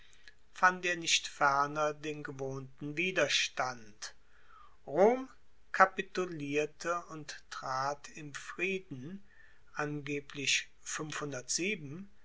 fand er nicht ferner den gewohnten widerstand rom kapitulierte und trat im frieden